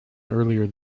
earlier